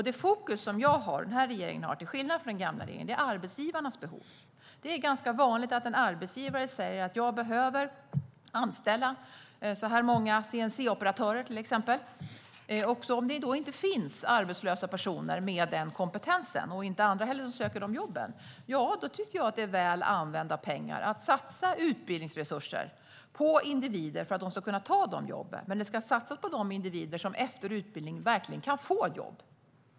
Det fokus som jag och regeringen har, till skillnad från den gamla regeringen, är arbetsgivarnas behov. Det är ganska vanligt att en arbetsgivare säger: Jag behöver anställa så här många CNC-operatörer, till exempel. Om det då inte finns arbetslösa personer med den kompetensen, och inte heller andra som söker de jobben, tycker jag att det är väl använda pengar att satsa utbildningsresurser på individer för att de ska kunna ta de jobben. Men det ska satsas på de individer som efter utbildning verkligen kan få jobb.